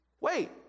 Wait